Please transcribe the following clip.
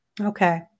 Okay